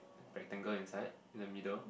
rectangle inside in the middle